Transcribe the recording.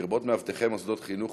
לרבות מאבטחי מוסדות חינוך,